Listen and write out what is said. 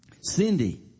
Cindy